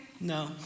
No